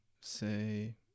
say